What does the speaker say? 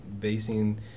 basing